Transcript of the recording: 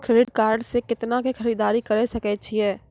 Credit card से कितना के खरीददारी करे सकय छियै?